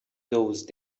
those